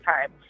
time